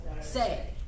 say